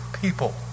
people